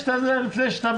חברת הכנסת אורלי פרומן.